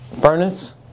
furnace